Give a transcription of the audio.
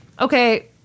okay